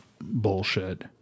bullshit